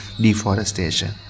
deforestation